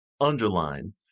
underline